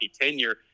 tenure